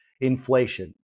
inflation